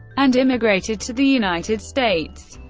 and immigrated to the united states.